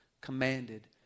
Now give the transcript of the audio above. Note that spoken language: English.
commanded